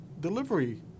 delivery